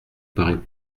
paraît